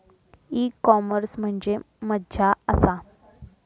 E commerce म्हणजे मझ्या आसा?